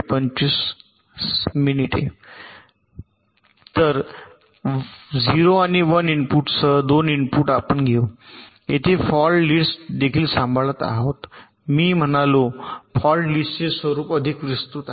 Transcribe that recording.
0 आणि 1 इनपुटसह 2 इनपुट आणि गेट घेऊ येथे आपण फॉल्ट लिस्ट देखील सांभाळत आहोत मी म्हणालो फॉल्ट लिस्टचे स्वरूप अधिक विस्तृत आहे